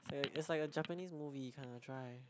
it's like it's like a Japanese movie kind of dry